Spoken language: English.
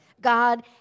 God